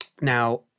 Now